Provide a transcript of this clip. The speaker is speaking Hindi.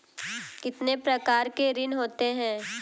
कितने प्रकार के ऋण होते हैं?